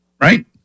right